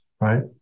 right